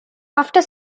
after